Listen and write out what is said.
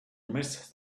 miss